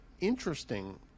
interesting